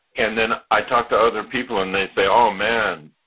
and then i talk to other people, and they say, oh, man.